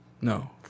No